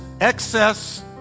excess